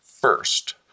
first